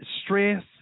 stress